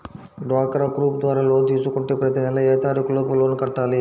డ్వాక్రా గ్రూప్ ద్వారా లోన్ తీసుకుంటే ప్రతి నెల ఏ తారీకు లోపు లోన్ కట్టాలి?